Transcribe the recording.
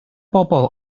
bobl